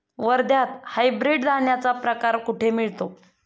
वर्ध्यात हायब्रिड धान्याचा प्रकार कुठे मिळतो?